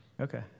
Okay